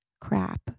crap